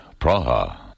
Praha